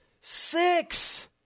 six